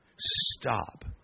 stop